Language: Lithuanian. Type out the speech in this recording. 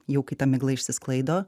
jau kai ta migla išsisklaido